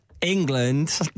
England